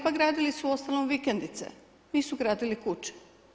Pa gradili su uostalom vikendice nisu gradili kuće.